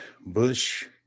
Bush